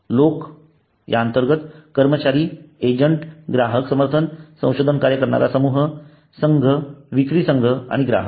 लोक कर्मचारी एजंट ग्राहक समर्थन संशोधन कार्य करणारा समूह संघ विक्री संघ आणि ग्राहक